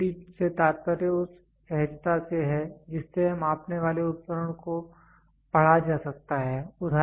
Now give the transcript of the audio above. readability से तात्पर्य उस सहजता से है जिससे मापने वाले यंत्र को पढ़ा जा सकता है